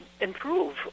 improve